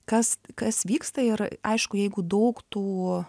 kas kas vyksta ir aišku jeigu daug tų